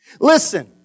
Listen